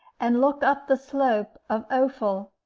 and look up the slope of ophel,